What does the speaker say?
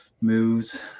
moves